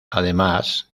además